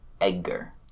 Edgar